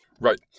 Right